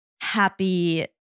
happy